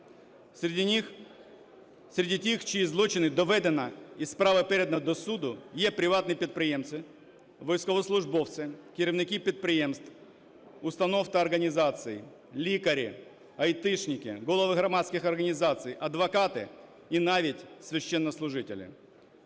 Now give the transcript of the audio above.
Серед тих, чиї злочини доведені і справа передана до суду, є приватні підприємці, військовослужбовці, керівники підприємств, установ та організацій, лікарі, айтішники, голови громадських організацій, адвокати і навіть священнослужителі.